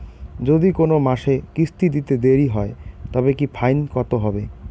যদি কোন মাসে কিস্তি দিতে দেরি হয় তবে কি ফাইন কতহবে?